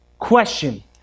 question